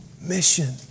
Mission